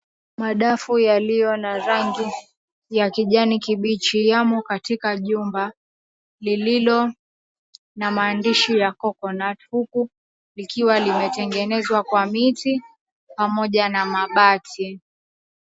Madafu yaliyo na rangi ya kijani kibichi yamo katika jumba lililo na maandishi ya coconut huku likiwa limetengenezwa kwa miti pamoja na mabati.